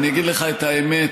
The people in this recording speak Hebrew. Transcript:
אני אגיד לך את האמת,